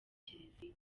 kiliziya